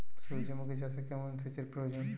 সূর্যমুখি চাষে কেমন সেচের প্রয়োজন?